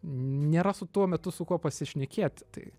nėra su tuo metu su kuo pasišnekėti tai